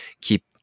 keep